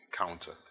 encounter